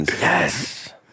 Yes